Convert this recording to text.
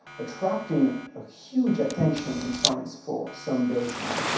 attracting a huge attention in france for some days now.